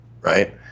right